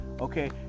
okay